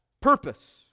Purpose